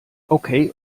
okay